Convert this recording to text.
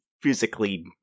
physically